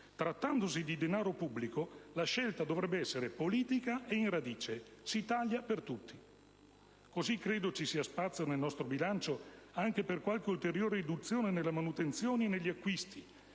Trattandosi di denaro pubblico, la scelta dovrebbe essere politica e in radice: si taglia per tutti. Così, credo ci sia spazio nel nostro bilancio anche per qualche ulteriore riduzione nella manutenzione e negli acquisti